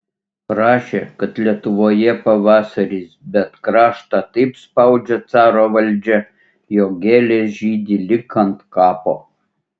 rašė kad lietuvoje pavasaris bet kraštą taip spaudžia caro valdžia jog gėlės žydi lyg ant kapo